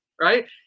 right